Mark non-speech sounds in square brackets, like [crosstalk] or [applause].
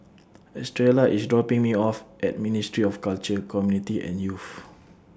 Estrella IS dropping Me off At Ministry of Culture Community and Youth [noise]